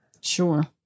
sure